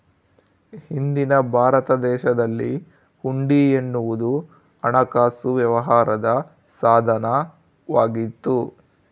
ಹಿಂದಿನ ಭಾರತ ದೇಶದಲ್ಲಿ ಹುಂಡಿ ಎನ್ನುವುದು ಹಣಕಾಸು ವ್ಯವಹಾರದ ಸಾಧನ ವಾಗಿತ್ತು